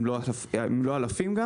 אם לא אלפים.